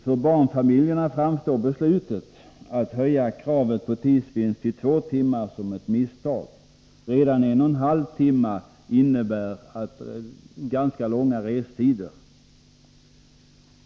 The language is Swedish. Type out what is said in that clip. För barnfamiljerna framstår beslutet att höja kravet på tidsvinst till två timmar som ett misstag. Redan en och en halv timme innebär ganska långa restider.